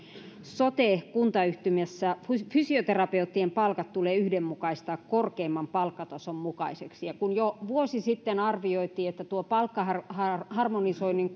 sote kuntayhtymässä fysioterapeuttien palkat tulee yhdenmukaistaa korkeimman palkkatason mukaisiksi kun jo vuosi sitten arvioitiin että tuon palkkaharmonisoinnin